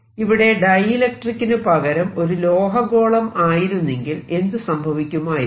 ഇവിടെ ഡൈഇലക്ട്രിക്കിന് പകരം ഒരു ലോഹ ഗോളം ആയിരുന്നെങ്കിൽ എന്ത് സംഭവിക്കുമായിരുന്നു